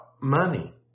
money